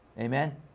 amen